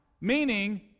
Meaning